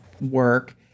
work